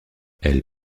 elle